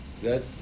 Good